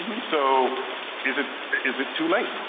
so is it is it too late?